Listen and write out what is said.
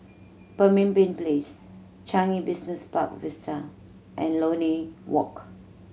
Pemimpin Place Changi Business Park Vista and Lornie Walk